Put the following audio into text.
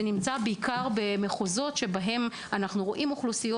זה נמצא בעיקר במחוזות שבהם אנחנו רואים אוכלוסיות